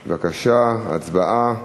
בבקשה, הצבעה.